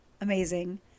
amazing